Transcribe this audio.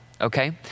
okay